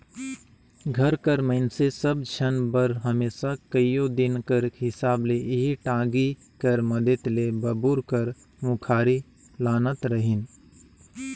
घर कर मइनसे सब झन बर हमेसा कइयो दिन कर हिसाब ले एही टागी कर मदेत ले बबूर कर मुखारी लानत रहिन